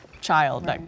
child